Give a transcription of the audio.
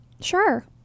Sure